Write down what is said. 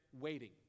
waiting